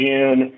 June